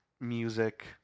music